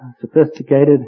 sophisticated